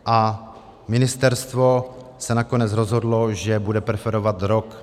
A ministerstvo se nakonec rozhodlo, že bude preferovat rok 2030.